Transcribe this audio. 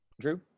Drew